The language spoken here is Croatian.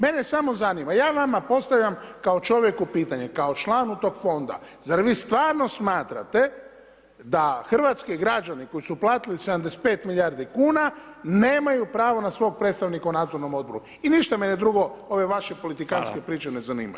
Mene samo zanima, ja vama postavljam kao čovjeku, kao članu tog fonda, zar vi stvarno smatrate da hrvatski građani koji su uplatili 75 milijardi kuna, nemaju pravo na svog predstavnika u nadzornom odboru i ništa me drugo ove vaše politikanske priče ne zanimaju.